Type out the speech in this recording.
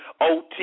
OT